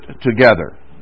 together